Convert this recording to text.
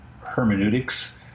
hermeneutics